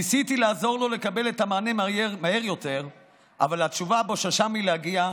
ניסיתי לעזור לו לקבל את המענה מהר יותר אבל התשובה בוששה מלהגיע,